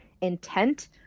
intent